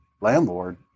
landlord